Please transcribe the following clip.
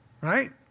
right